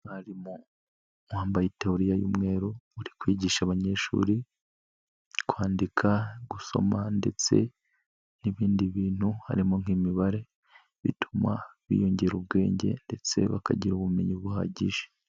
Umwarimu wambaye itaburiya y'umweru uri kwigisha abanyeshuri kwandika, gusoma ndetse n'ibindi bintu, harimo nk’imibare, bituma biyongera ubwenge ndetse bakagira ubumenyi buhagije.